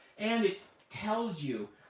and it tells you,